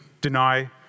deny